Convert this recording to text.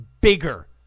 bigger